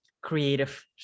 creative